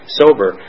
sober